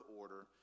order